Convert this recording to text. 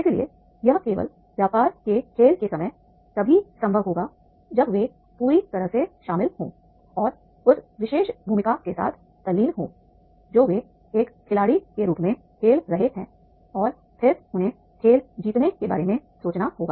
इसलिए यह केवल व्यापार के खेल के समय तभी संभव होगा जब वे पूरी तरह से शामिल हों और उस विशेष भूमिका के साथ तल्लीन हों जो वे एक खिलाड़ी के रूप में खेल रहे हैं और फिर उन्हें खेल जीतने के बारे में सोचना होगा